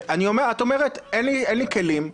ואת אומרת, אין לי כלים.